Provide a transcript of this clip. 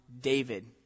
David